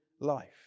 life